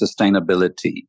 sustainability